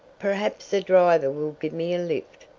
perhaps the driver will give me a lift.